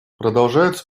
продолжаются